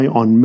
on